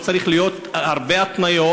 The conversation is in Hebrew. לא צריכות להיות הרבה התניות,